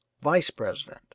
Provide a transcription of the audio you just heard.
vice-president